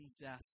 death